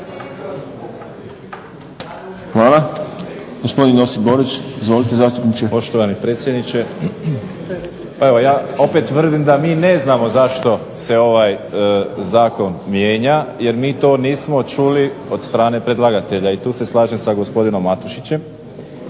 Hvala. Gospodin Josip Borić. Izvolite zastupniče. **Borić, Josip (HDZ)** Poštovani predsjedniče, pa evo ja opet tvrdim da mi ne znamo zašto se ovaj Zakon mijenja jer mi to nismo čuli od strane predlagatelja i tu se slažem sa gospodinom Matušićem,